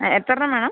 ആ എത്ര എണ്ണം വേണം